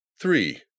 three